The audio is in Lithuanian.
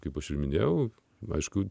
kaip užsiiminėjau vaškių